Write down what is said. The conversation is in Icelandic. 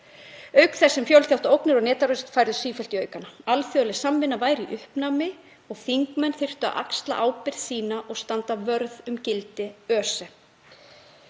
auk þess sem fjölþáttaógnir og netárásir færðust sífellt í aukana. Alþjóðleg samvinna væri í uppnámi og þingmenn þyrftu að axla ábyrgð sína og standa vörð um gildi ÖSE.